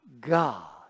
God